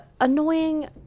annoying